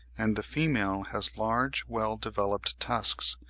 and the female has large well-developed tusks,